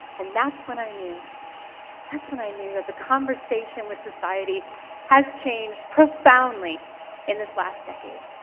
and that's when i knew that's when i knew that the conversation with society has changed profoundly in this last decade.